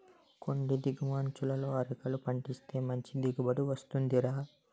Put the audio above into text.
కొండి దిగువ అంచులలో అరికలు పండిస్తే మంచి దిగుబడి వస్తుందిరా